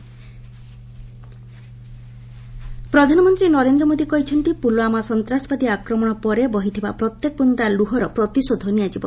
PM ମୂଲେର୍ ପ୍ରଧାନମନ୍ତ୍ରୀ ନରେନ୍ଦ୍ର ମୋଦି କହିଛନ୍ତି ପୁଲଓ୍ୱାମା ସନ୍ତ୍ରାସବାଦୀ ଆକ୍ରମଣ ପରେ ବହିଥିବା ପ୍ରତ୍ୟେକ ବୁନ୍ଦା ଲୁହର ପ୍ରତିଶୋଧ ନିଆଯିବ